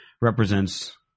represents